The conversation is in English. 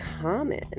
common